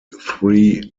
three